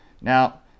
Now